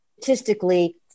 statistically